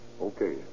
Okay